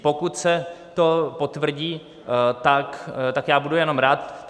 Pokud se to potvrdí, tak já budu jenom rád.